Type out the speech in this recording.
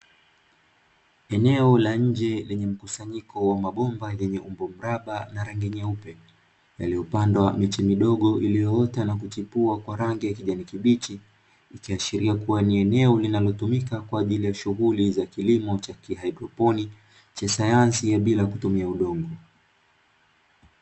Eneo la nje lenye mkusanyiko wa mabomba yenye umbo mraba na rangi nyeupe, yaliyopandwa miche midogo iliyoota na kuchipua kwa rangi ya kijani kibichi, ikiashiria kuwa ni eneo linalotumika kwa ajili ya shughuli za kilimo cha haidroponi, cha sayansi ya bila kutumia udongo.